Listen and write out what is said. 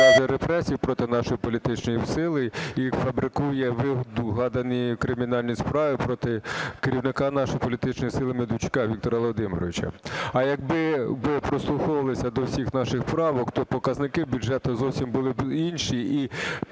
вигадані кримінальні справи проти керівника нашої політичної сили Медведчука Віктора Володимировича. А якби прислуховувалися до всіх наших правок, то показники бюджету зовсім були б інші